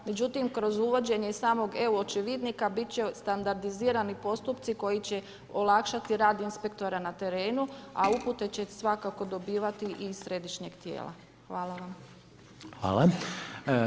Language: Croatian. Međutim, kroz uvođenje samog e-očevidnika bit će standardizirani postupci koji će olakšati rad inspektora na terenu, a upute će svakako dobivati i iz središnjeg tijela.